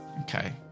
Okay